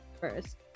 first